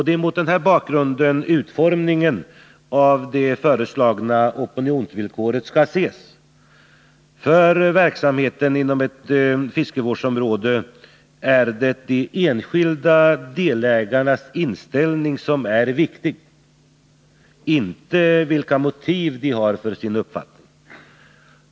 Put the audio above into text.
Det är mot den bakgrunden utformningen av det föreslagna opinionsvillkoret skall ses. För verksamheten inom ett fiskevårdsområde är det de enskilda delägarnas inställning som är viktig, inte vilka motiv de har för sin uppfattning.